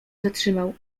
zatrzymał